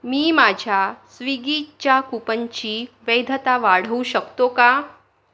मी माझ्या स्विगीच्या कूपनची वैधता वाढवू शकतो का